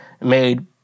made